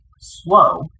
slow